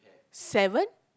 seven